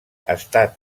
està